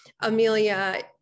Amelia